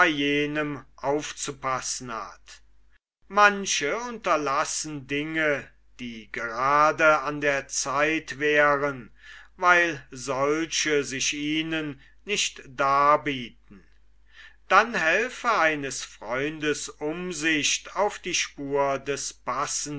jenem aufzufassen hat manche unterlassen dinge die grade an der zeit wären weil solche sich ihnen nicht darbieten dann helfe eines freundes umsicht auf die spur des